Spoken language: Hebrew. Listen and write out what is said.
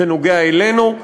זה נוגע אלינו,